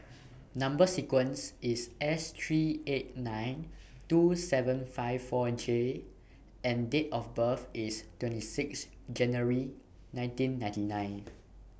Number sequence IS S three eight nine two seven five four J and Date of birth IS twenty six January nineteen ninety nine